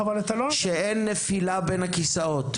שבה אין נפילה בין הכיסאות?